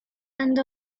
and